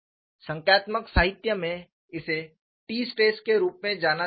संख्यात्मक साहित्य में इसे T स्ट्रेस के रूप में जाना जाता है